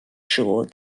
sure